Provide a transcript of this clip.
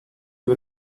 you